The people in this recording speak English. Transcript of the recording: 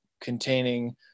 containing